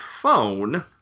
phone